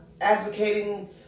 advocating